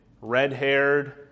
red-haired